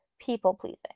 people-pleasing